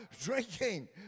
drinking